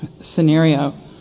scenario